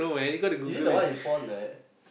is it the one you put on that